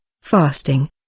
fasting